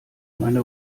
meine